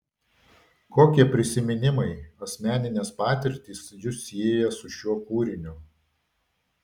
kokie prisiminimai asmeninės patirtys jus sieja su šiuo kūriniu